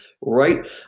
right